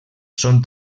són